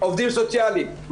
עובדים סוציאליים,